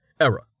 Error